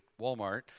walmart